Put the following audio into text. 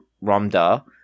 Ramda